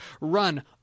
run